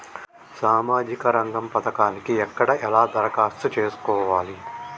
సామాజిక రంగం పథకానికి ఎక్కడ ఎలా దరఖాస్తు చేసుకోవాలి?